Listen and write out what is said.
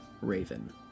raven